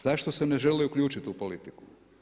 Zašto se ne žele uključiti u politiku?